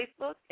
Facebook